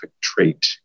trait